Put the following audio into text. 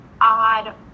Odd